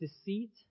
deceit